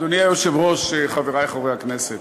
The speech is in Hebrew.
אדוני היושב-ראש, חברי חברי הכנסת,